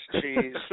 cheese